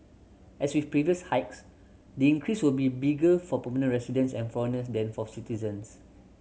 as with previous hikes the increase will be bigger for permanent residents and foreigners than for citizens